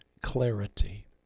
clarity